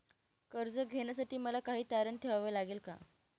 कर्ज घेण्यासाठी मला काही तारण ठेवावे लागेल का?